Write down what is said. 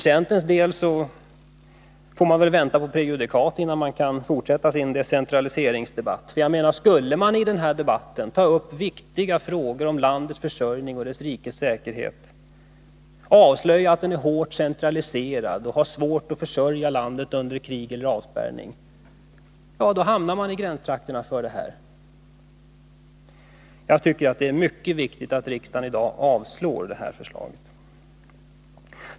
Centern får väl för sin del vänta på prejudikat, innan man kan fortsätta decentraliseringsdebatten. Skulle man i den här debatten ta upp viktiga frågor om landets försörjning och rikets säkerhet och avslöja att försörjningen är hårt decentraliserad och att det blir svårt att klara försörjningen vid krig eller avspärrning, då skulle man hamna i gränstrakterna av spioneri. Jag tycker det är mycket viktigt att riksdagen i dag avslår det här förslaget.